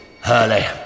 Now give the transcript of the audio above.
Hurley